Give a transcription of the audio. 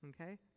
Okay